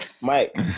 Mike